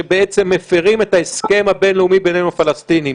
שבעצם מפרים את ההסכם הבין-לאומי בינינו לבין הפלסטינים,